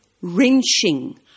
Wrenching